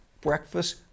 breakfast